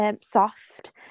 Soft